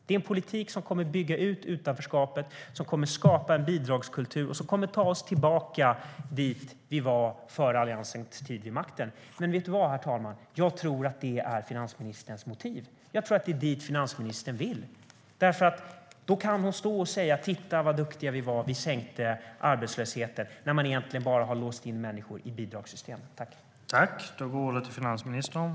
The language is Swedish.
Det är en politik som kommer att bygga ut utanförskapet, som kommer att skapa en bidragskultur och som kommer att ta oss tillbaka dit där vi var före Alliansens tid vid makten. Men vet du vad, herr talman, jag tror att det är finansministerns motiv. Jag tror att det är dit finansministern vill, för då kan hon stå och säga: Titta vad duktiga vi var! Vi sänkte arbetslösheten. Då har man egentligen bara låst in människor i bidragssystem.